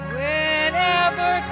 Whenever